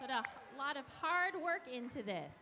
as a lot of hard work into this